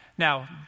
Now